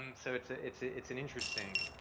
um so it's a, it's a, it's an interesting,